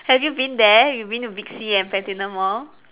have you been there you've been to Big C and Platinum Mall